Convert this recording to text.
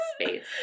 space